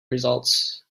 results